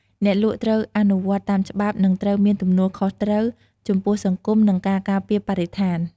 អ្នកលក់ត្រូវអនុវត្តតាមច្បាប់ និងត្រូវមានទំនួលខុសត្រូវចំពោះសង្គម និងការការពារបរិស្ថាន។